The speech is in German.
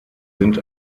sind